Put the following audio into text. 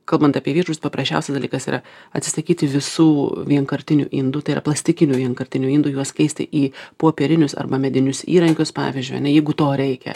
kalbant apie viešbučius paprasčiausias dalykas yra atsisakyti visų vienkartinių indų tai yra plastikinių vienkartinių indų juos keisti į popierinius arba medinius įrankius pavyzdžiui jeigu to reikia